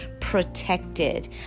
protected